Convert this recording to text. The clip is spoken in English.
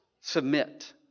submit